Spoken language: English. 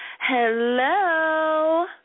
Hello